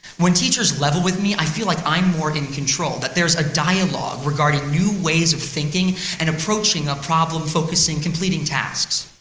when teachers level with me, i feel like i'm more in control that there's a dialog regarding new ways of thinking and approaching a problem, focusing, completing tasks.